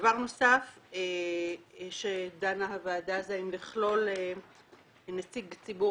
דבר נוסף שדנה הוועדה זה האם לכלול נציג ציבור